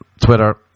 Twitter